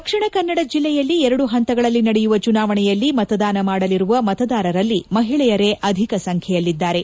ದಕ್ಷಿಣ ಕನ್ನಡ ಜಿಲ್ಲೆಯಲ್ಲಿ ಎರಡು ಪಂತಗಳಲ್ಲಿ ನಡೆಯುವ ಚುನಾವಣೆಯಲ್ಲಿ ಮತದಾನ ಮಾಡಲಿರುವ ಮತದಾರರಲ್ಲಿ ಮಹಿಳೆಯರೇ ಅಧಿಕ ಸಂಖ್ಯೆಯಲ್ಲಿದ್ದಾರೆ